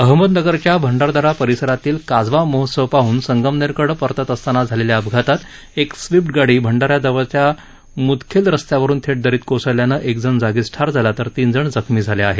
अहमदनगरच्या भंडारदरा परिसरातील काजवा महोत्सव पाहून संगमनेर कडे परतत असताना झालेल्या अपघातात एक स्विफ्ट गाडी भंडारदऱ्याजवळील मुतखेल रस्त्यावरून थेट दरीत कोसळल्यानं एक जण जागीच ठार तर तीन जण जखमी झाले आहेत